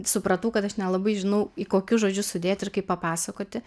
supratau kad aš nelabai žinau į kokius žodžius sudėt ir kaip papasakoti